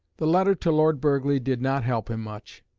the letter to lord burghley did not help him much.